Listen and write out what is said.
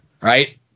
right